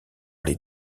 les